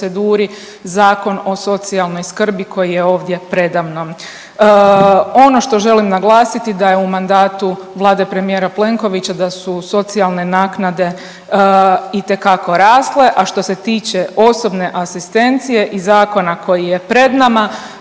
Zakon o socijalnoj skrbi koji je ovdje predamnom. Ono što želim naglasiti da je u mandatu Vlade premijera Plenkovića da su socijalne naknade itekako rasle. A što se tiče osobne asistencije i Zakona koji je pred nama,